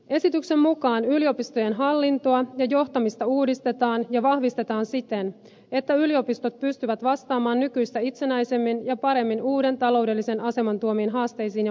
esityksen mukaan yliopistojen hallintoa ja johtamista uudistetaan ja vahvistetaan siten että yliopistot pystyvät vastaamaan nykyistä itsenäisemmin ja paremmin uuden taloudellisen aseman tuomiin haasteisiin ja mahdollisuuksiin